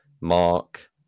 Mark